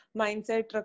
mindset